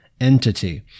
entity